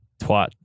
Twat